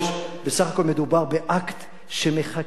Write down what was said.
בסך הכול מדובר באקט שמחכה להתרחש,